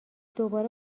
دوباره